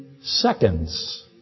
seconds